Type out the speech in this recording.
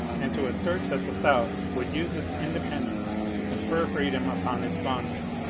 and to assert that the south would use its independ ence to confer freedom upon its bondsmen.